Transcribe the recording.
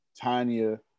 Tanya